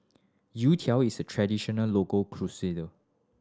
youtiao is a traditional local